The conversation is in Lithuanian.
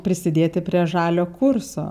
prisidėti prie žalio kurso